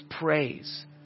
praise